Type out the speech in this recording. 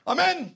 Amen